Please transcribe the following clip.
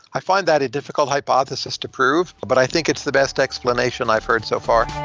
i find that a difficult hypothesis to prove, but i think it's the best explanation i've heard so far.